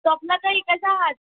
स्वप्ना ताई कशा आहात